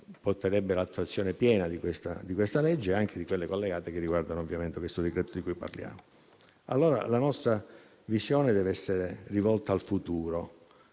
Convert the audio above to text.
porterebbero all'attuazione piena di questo provvedimento e anche di quelli collegati che riguardano ovviamente il decreto di cui parliamo. Allora la nostra visione deve essere rivolta al futuro